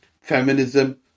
feminism